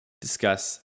discuss